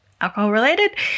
alcohol-related